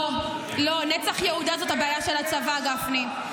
לא, לא, נצח יהודה זאת הבעיה של הצבא, גפני.